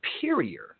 superior